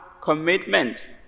commitment